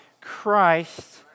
Christ